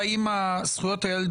--- זכויות הילד,